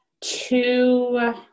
two